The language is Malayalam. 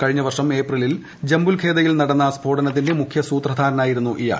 കഴിഞ്ഞ വർഷം ഏപ്രിലിൽ ജംബുൽഖേദയിൽ നടന്ന് സ്ഫോടനത്തിന്റെ മുഖ്യസൂത്രധാരനായിരുന്നു ഇയാൾ